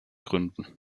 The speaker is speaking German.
gründen